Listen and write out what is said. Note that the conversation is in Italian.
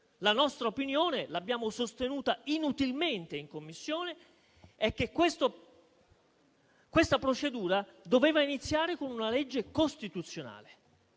La nostra opinione, che abbiamo sostenuta inutilmente in Commissione, è che questa procedura doveva iniziare con una legge costituzionale.